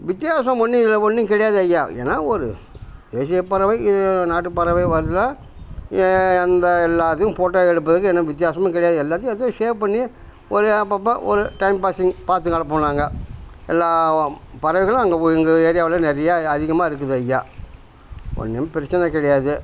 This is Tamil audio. வித்தியாசம் ஒன்றும் இதில் ஒன்றும் கிடையாது ஐயா ஏன்னால் ஒரு தேசியப் பறவை இது நாட்டுப் பறவை வரதுல ஏ அந்த எல்லாத்துக்கும் போட்டோ எடுப்பதுக்கு எனக்கு வித்தியாசமும் கிடையாது எல்லாத்தையும் எடுத்து சேவ் பண்ணி ஒரு அப்பப்போ ஒரு டைம் பாஸிங் பார்த்துக் கிடப்போம் நாங்கள் எல்லாப் பறவைகளும் அங்கே ஒ எங்கள் ஏரியாவில் நிறையா அதிகமாக இருக்குது ஐயா ஒன்றும் பிரச்சினை கிடையாது